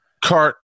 cart